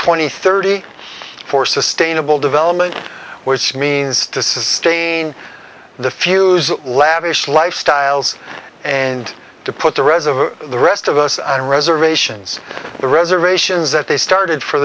twenty thirty for sustainable development which means to sustain the few lavish lifestyles and to put the reservoir the rest of us and reservations the reservations that they started for